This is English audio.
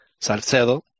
Salcedo